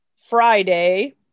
Friday